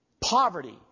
poverty